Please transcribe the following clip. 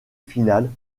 finales